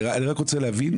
אני רק רוצה להבין,